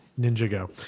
Ninjago